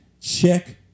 Check